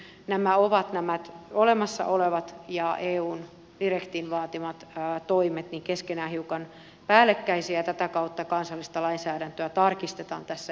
nyt nämä olemassa olevat ja eun direktiivin vaatimat toimet ovat keskenään hiukan päällekkäisiä ja tätä kautta kansallista lainsäädäntöä tarkistetaan tässä ehdotuksessa